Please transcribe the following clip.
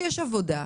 שיש עבודה,